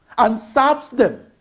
and serves them